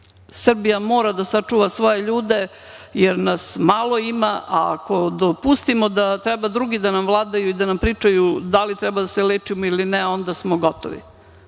mora da sačuva svoje ljude, jer nas malo ima, a ako dopustimo da treba drugi da nam vladaju i da nam pričaju da li treba da se lečimo ili ne, onda smo gotovi.